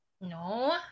no